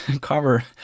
cover